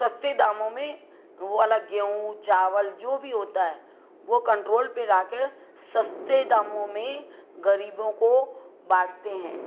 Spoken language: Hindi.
सस्ते दामों में वाला गेहूँ चावल जो भी होता है वह कंट्रोल पर राके सस्ते दामों में गरीबों को बाँटते हैं